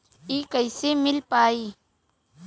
इ कईसे मिल पाई?